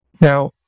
Now